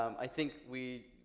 um i think we,